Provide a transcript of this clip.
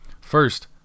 First